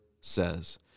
says